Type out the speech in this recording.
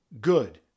good